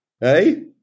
Hey